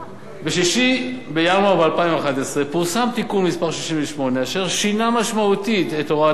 ב-6 בינואר 2011 פורסם תיקון מס' 68 אשר שינה משמעותית את הוראת החוק,